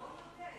בוא נודה,